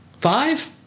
Five